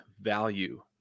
value